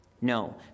No